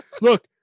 Look